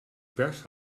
pers